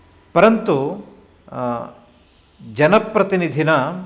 परन्तु जनप्रतिनिधिना